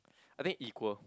I think equal